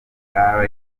bwa